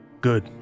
Good